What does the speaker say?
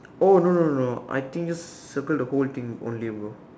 oh no no no no I think just circle the whole thing only bro